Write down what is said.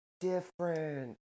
different